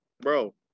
bro